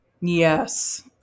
Yes